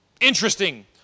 interesting